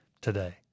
today